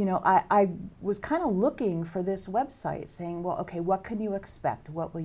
you know i was kind of looking for this website saying well ok what can you expect what w